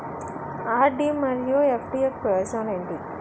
RD మరియు FD యొక్క ప్రయోజనాలు ఏంటి?